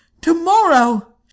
Tomorrow